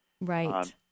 right